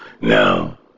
now